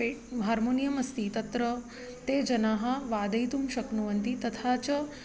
pay harmonium अस्ति तत्र ते जनाः वादयितुं शक्नुवन्ति तथा च